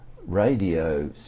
radio